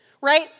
right